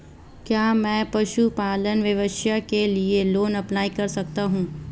क्या मैं पशुपालन व्यवसाय के लिए लोंन अप्लाई कर सकता हूं?